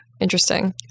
Interesting